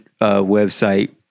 website